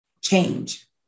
change